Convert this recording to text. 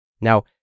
Now